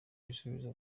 ibisubizo